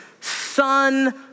son